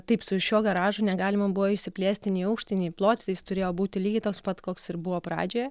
taip su šiuo garažu negalima buvo išsiplėsti nei į aukštį nei į plotį jis turėjo būti lygiai toks pat koks ir buvo pradžioje